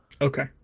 Okay